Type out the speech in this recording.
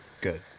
Good